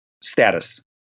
status